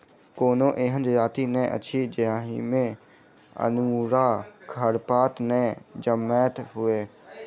कोनो एहन जजाति नै अछि जाहि मे अनेरूआ खरपात नै जनमैत हुए